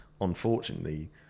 unfortunately